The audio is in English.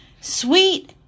sweet